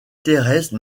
thérèse